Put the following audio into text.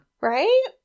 Right